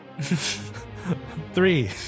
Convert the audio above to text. three